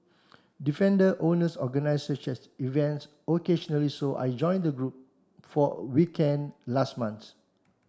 defender owners organise such events occasionally so I joined the group for a weekend last month